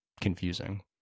confusing